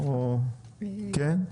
כן.